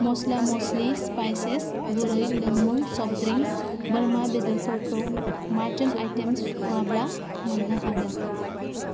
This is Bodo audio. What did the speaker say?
मस्ला मस्लि स्पाइसेस गुरै लोंमुं सफ्ट ड्रिंक्स बोरमा बेदरफोरखौ मार्टेन आइटेम्स माब्ला मोननो हागोन